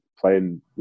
Playing